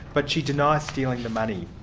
but she denies stealing the money.